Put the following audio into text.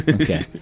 okay